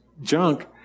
junk